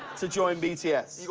to join bts.